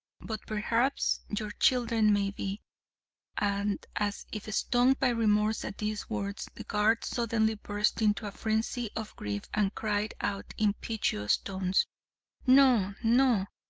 but perhaps your children may be and as if stung by remorse at these words, the guard suddenly burst into a frenzy of grief and cried out in piteous tones no, no!